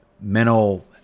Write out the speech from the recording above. mental